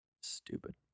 Stupid